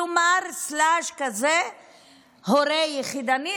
כלומר הורה יחידני,